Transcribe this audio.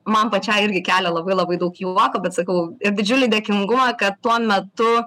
man pačiai irgi kelia labai labai daug juoko bet sakau ir didžiulį dėkingumą kad tuo metu